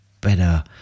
better